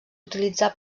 utilitzar